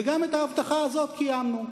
וגם את ההבטחה הזאת קיימנו.